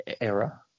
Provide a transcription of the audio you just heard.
era